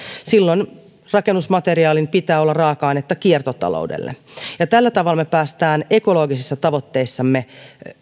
silloin rakennusmateriaalin pitää olla raaka ainetta kiertotaloudelle tällä tavalla me pääsemme ekologisissa tavoitteissamme